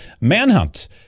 manhunt